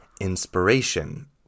inspiration